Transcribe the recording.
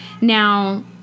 Now